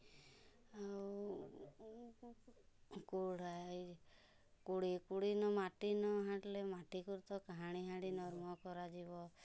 ଆଉ କୋଡ଼ାଏ କୋଡ଼ିଏ କୋଡ଼ି ନ ମାଟି ନ ହାଣିଲେ ମାଟିକୁ ତ ନରମ କରାଯିବ